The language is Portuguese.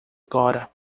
agora